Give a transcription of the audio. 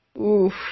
Oof